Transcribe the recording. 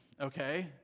okay